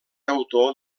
autor